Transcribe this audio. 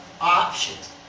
options